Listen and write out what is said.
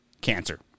cancer